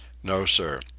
no, sir.